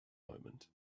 moment